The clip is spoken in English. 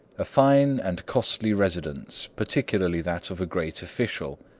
a fine and costly residence, particularly that of a great official.